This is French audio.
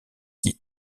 qui